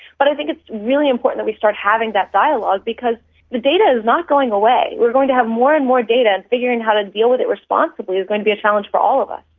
but i think it is really important that we start having that dialogue, because the data is not going away, we're going to have more and more data, and figuring how to deal with it responsibly is going to be a challenge for all of us.